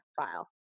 file